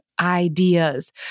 ideas